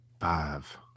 Five